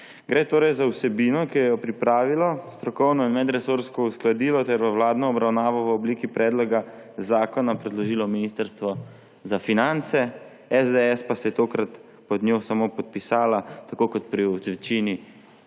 Gre torej za vsebino, ki jo je pripravilo, strokovno in medresorsko uskladilo ter v vladno obravnavo v obliki predloga zakona predložilo ministrstvo za finance, SDS pa se je tokrat pod njo samo podpisala, tako kot pri večini